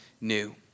new